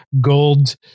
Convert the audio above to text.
Gold